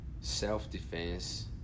self-defense